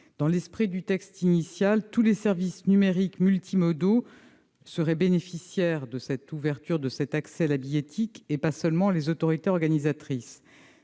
Dans l'esprit du texte initial, tous les services numériques multimodaux seraient bénéficiaires de cette ouverture de l'accès à la billettique, et pas seulement les autorités organisatrices.